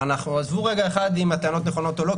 עזבו רגע אחד אם הטענות נכונות או לא,